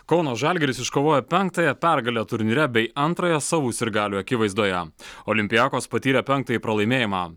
kauno žalgiris iškovojo penktąją pergalę turnyre bei antrąją savų sirgalių akivaizdoje olympiakos patyrė penktąjį pralaimėjimą